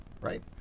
right